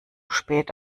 spät